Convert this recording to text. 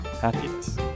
happiness